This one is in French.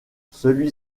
celui